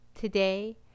Today